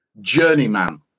Journeyman